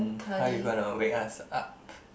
how you gonna wake us up